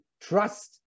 trust